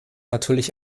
natürlich